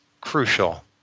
crucial